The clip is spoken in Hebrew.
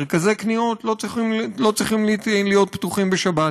מרכזי קניות לא צריכים להיות פתוחים בשבת.